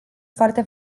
foarte